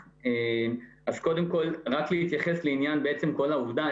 רק להתייחס לעניין בעצם כל העובדה,